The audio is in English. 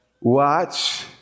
Watch